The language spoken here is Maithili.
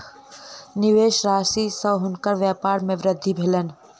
निवेश राशि सॅ हुनकर व्यपार मे वृद्धि भेलैन